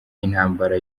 intambara